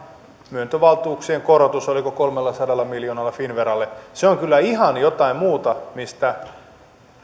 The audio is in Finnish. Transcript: myöntövaltuuksien korotus oliko kolmellasadalla miljoonalla finnveralle se on kyllä ihan jotain muuta kuin mistä